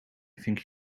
think